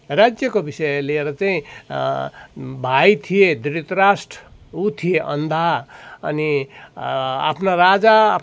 राज्यको विषय लिएर चाहिँ भाइ थिए धृतराष्ट ऊ थिए अन्धा अनि आफ्ना राजा आफ्ना